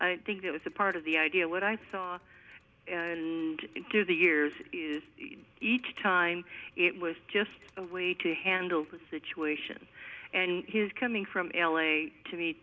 i think that was a part of the idea what i thought and to the years is each time it was just a way to handle the situation and he's coming from l a to me